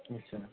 ଆଚ୍ଛା